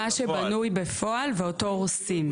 מה שבנוי בפועל ואותו הורסים.